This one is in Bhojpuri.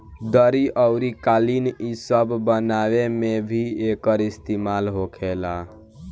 दरी अउरी कालीन इ सब बनावे मे भी एकर इस्तेमाल होखेला